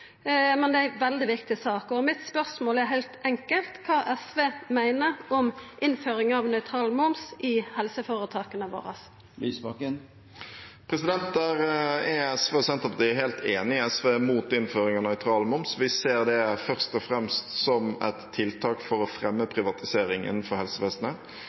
men det er ei veldig viktig sak, og spørsmålet mitt er heilt enkelt: Kva meiner SV om innføringa av nøytral moms i helseføretaka våre? Der er SV og Senterpartiet helt enige. SV er imot innføring av nøytral moms. Vi ser det først og fremst som et tiltak for å fremme privatiseringen av helsevesenet.